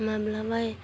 माब्लाबा